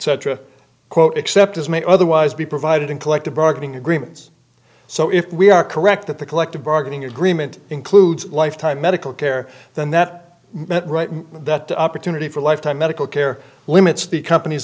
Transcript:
etc quote except as may otherwise be provided in collective bargaining agreements so if we are correct that the collective bargaining agreement includes lifetime medical care then that that right that the opportunity for lifetime medical care limits the company's